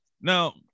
now –